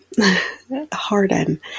Harden